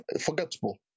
Forgettable